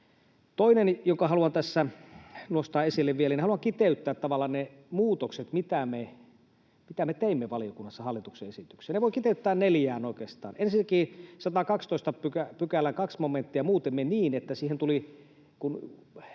Toinen, minkä haluan tässä nostaa esille vielä, niin haluan kiteyttää tavallaan ne muutokset, mitä me teimme valiokunnassa hallituksen esitykseen. Ne voi kiteyttää neljään oikeastaan. Ensinnäkin 112 §:n 2 momenttia muutimme niin, että siihen tuli,